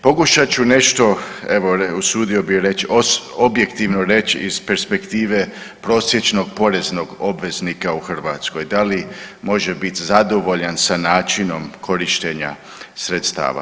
Pokušat ću nešto evo usudio bi reć, objektivno reć iz perspektive prosječnog poreznog obveznika u Hrvatskoj da li može bit zadovoljan sa načinom korištenja sredstava.